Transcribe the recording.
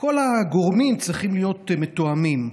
כל הגורמים צריכים להיות מתואמים,